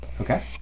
Okay